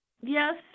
Yes